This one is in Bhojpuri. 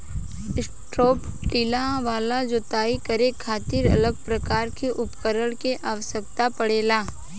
स्ट्रिप टिल वाला जोताई करे खातिर अलग प्रकार के उपकरण के आवस्यकता पड़ेला